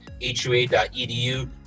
hua.edu